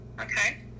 Okay